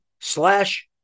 slash